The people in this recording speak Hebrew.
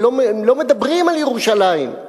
לא מדברים על ירושלים.